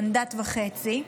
מנדט וחצי,